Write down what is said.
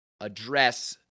address